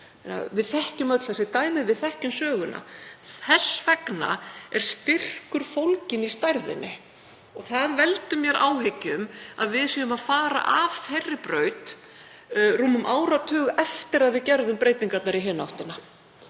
Við þekkjum öll þessi dæmi. Við þekkjum söguna. Þess vegna er styrkur fólginn í stærðinni. Það veldur mér áhyggjum að við séum að fara af þeirri braut rúmum áratug eftir að við gerðum breytingarnar í hina áttina.